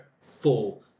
full